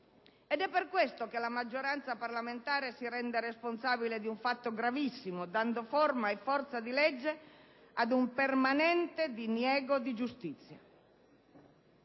È per questo che la maggioranza parlamentare si rende responsabile di un fatto gravissimo dando forma e forza di legge ad un permanente diniego di giustizia.